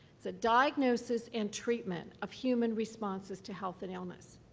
it's a diagnosis and treatment of human responses to health and illness.